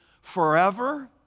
forever